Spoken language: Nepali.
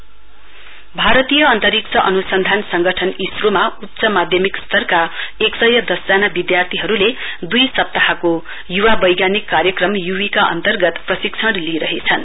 आइएसआरओ भारतीय अन्तरिक्ष अनुसन्धान संगठनइसरोमा उच्च माध्यमिक स्तरका एक सय दस जना विधार्थीहरुले दुई सप्ताहको युवा वैज्ञानिक कार्यक्रम युविका अन्तर्गत प्रशिक्षण लिइरहेछन्